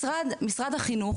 משרד החינוך